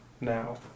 now